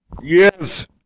yes